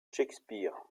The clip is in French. shakespeare